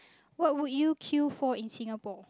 what would you queue for in Singapore